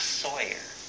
sawyer